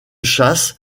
chasse